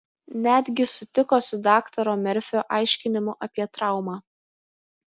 netgi sutiko su daktaro merfio aiškinimu apie traumą